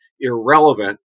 irrelevant